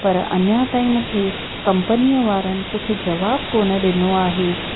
पर अञां ताईं मूंखे कंपनीअ वारनि कुझु जवाबु कोन्ह ॾिनो आहे